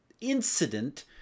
incident